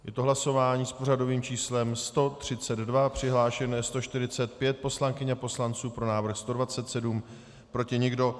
Je to hlasování s pořadovým číslem 132, přihlášeno je 145 poslankyň a poslanců, pro návrh 127, proti nikdo.